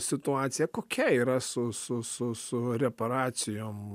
situacija kokia yra su su su su reparacijom